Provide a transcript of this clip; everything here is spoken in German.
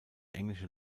englische